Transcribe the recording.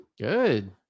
good